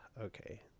okay